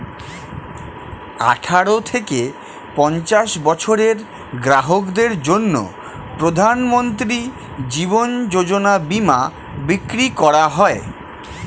আঠারো থেকে পঞ্চাশ বছরের গ্রাহকদের জন্য প্রধানমন্ত্রী জীবন যোজনা বীমা বিক্রি করা হয়